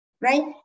right